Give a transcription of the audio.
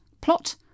plot